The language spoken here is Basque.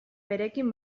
berekin